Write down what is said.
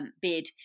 Bid